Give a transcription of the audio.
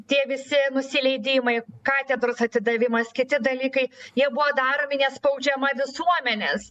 tie visi nusileidimai katedros atidavimas kiti dalykai jie buvo daromi nes spaudžiama visuomenės